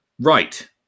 right